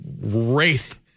wraith